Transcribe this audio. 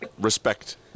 Respect